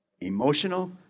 Emotional